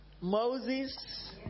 Moses